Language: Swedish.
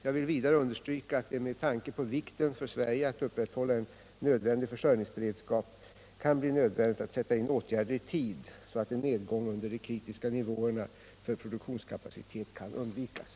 Jag vill vidare understryka att det med tanke på vikten för Sverige av att upprätthålla en nödvändig försörjningsberedskap kan bli nödvändigt att sätta in åtgärder i tid så att en nedgång under de kritiska nivåerna för produktionskapacitet kan undvikas.